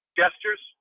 gestures